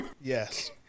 Yes